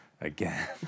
Again